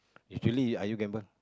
usually are you gamble